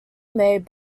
made